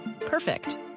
Perfect